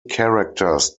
characters